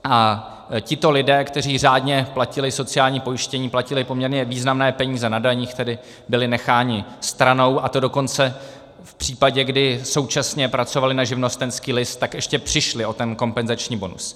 A tito lidé, kteří řádně platili sociální pojištění, platili poměrně významné peníze na daních, byli necháni stranou, a to dokonce v případě, kdy současně pracovali na živnostenský list, tak ještě přišli o ten kompenzační bonus.